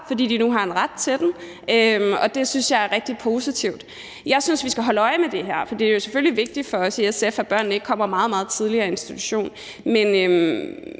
fordi de nu har en ret til den, og det synes jeg er rigtig positivt. Jeg synes, vi skal holde øje med det her, for det er jo selvfølgelig vigtigt for os i SF, at børnene ikke kommer meget, meget tidligere i institution. Men